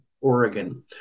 Oregon